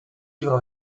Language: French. livres